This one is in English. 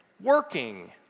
working